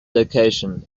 location